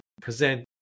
present